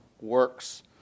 works